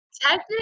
Technically